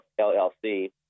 llc